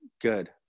good